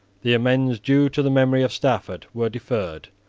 the amends due to the memory of stafford were deferred,